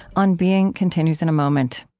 on being continues in a moment